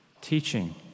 teaching